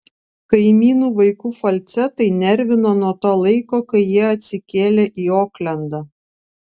kaimynų vaikų falcetai nervino nuo to laiko kai jie atsikėlė į oklendą